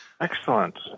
Excellent